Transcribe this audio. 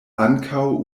ankaŭ